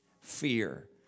fear